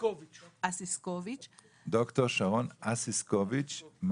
ד"ר שרון אסיסקוביץ'.